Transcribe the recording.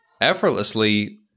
effortlessly